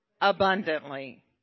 abundantly